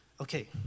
Okay